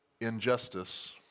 injustice